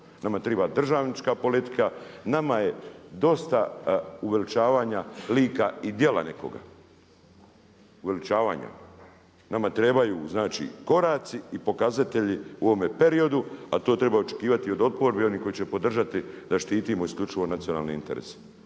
nama treba državnička politika. Nama je dosta uveličavanja lika i djela nekoga, uveličavanja. Nama trebaju znači koraci i pokazatelji u ovome periodu a to treba očekivati od oporbe i onih koji će podržati da štitimo isključivo nacionalne interese.